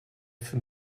für